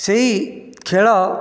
ସେହି ଖେଳ